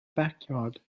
backyard